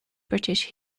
british